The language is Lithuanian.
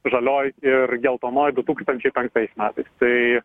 žalioj ir geltonoj du tūkstančiai penktais metais tai